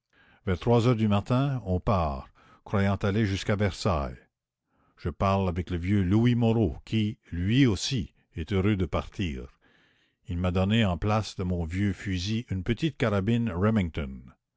trois heures du matin on part croyant aller jusqu'à versailles je parle avec le vieux louis moreau qui lui aussi est heureux de partir il m'a donné en place de mon vieux fusil une petite carabine remington